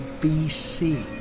BC